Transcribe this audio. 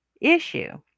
issue